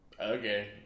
Okay